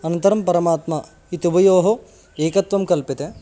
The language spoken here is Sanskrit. अनन्तरं परमात्मा इत्युभयोः एकत्वं कल्प्यते